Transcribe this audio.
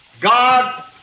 god